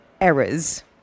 errors